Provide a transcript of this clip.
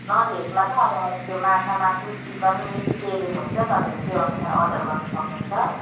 ननभेजमा त अब त्यो माछा मासु चिकन मिट के लिनुहुन्छ तपाईँहरू त्योअनुसार अर्डर गर्नु सक्नुहुन्छ